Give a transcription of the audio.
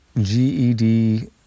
GED